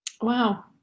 Wow